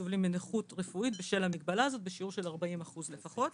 שסובלים מנכות רפואית בשל המגבלה הזאת בשיעור של 40% לפחות,